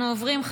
אנחנו עוברים,